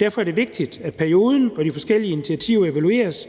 Derfor er det vigtigt, at perioden og de forskellige initiativer evalueres,